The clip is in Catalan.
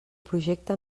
projecte